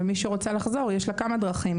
ומי שרוצה לחזור יש לה כמה דרכים,